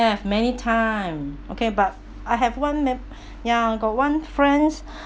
many time okay but I have one mem~ ya I got one friends